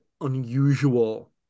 unusual